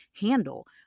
handle